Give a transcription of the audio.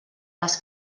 les